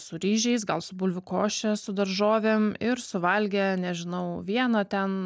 su ryžiais gal su bulvių koše su daržovėm ir suvalgė nežinau vieną ten